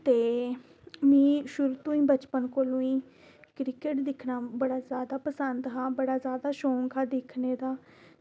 ते में शुरू कोला बचपन कोला क्रिकेट दिक्खना बड़ा जैदा पसंद हा बड़ा जैदा शौक हा दिक्खने दा